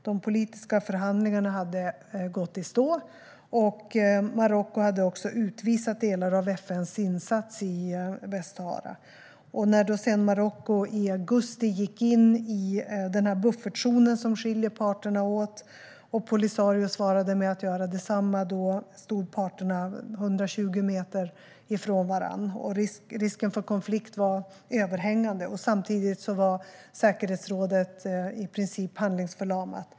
De politiska förhandlingarna hade gått i stå, och Marocko hade också utvisat delar av FN:s insats i Västsahara. När sedan Marocko i augusti gick in i buffertzonen som skiljer parterna åt, och Polisario svarade med att göra detsamma, stod parterna 120 meter från varandra. Risken för konflikt var överhängande. Samtidigt var säkerhetsrådet i princip handlingsförlamat.